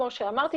כמו שאמרתי,